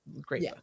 great